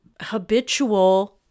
habitual